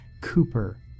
Cooper